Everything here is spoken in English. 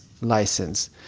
license